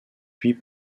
puis